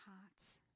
hearts